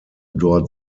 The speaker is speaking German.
dort